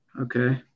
Okay